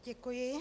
Děkuji.